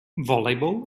volleyball